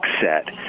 set